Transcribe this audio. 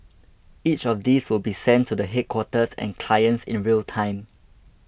each of these will be sent to the headquarters and clients in real time